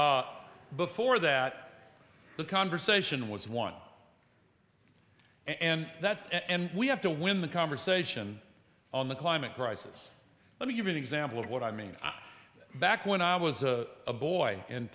did before that the conversation was won and that we have to win the conversation on the climate crisis let me give you an example of what i mean back when i was a boy